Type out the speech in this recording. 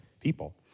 people